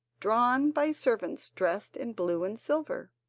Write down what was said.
drawn by servants dressed in blue and silver.